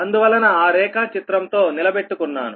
అందువలన ఆ రేఖాచిత్రం తో నిలబెట్టుకున్నాను